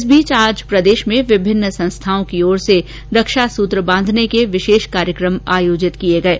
इस बीच आज प्रदेश में विभिन्न संस्थाओं की ओर से रक्षा सूत्र बांधने कर्क विशेष कार्यक्रम आयोजित किये गये